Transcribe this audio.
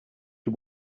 you